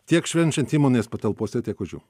tiek švenčiant įmonės patalpose tiek už jų